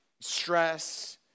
stress